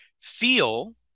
feel